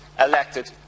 elected